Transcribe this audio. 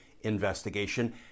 investigation